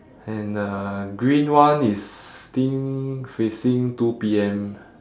and the green one is think facing two P_M